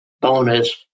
bonus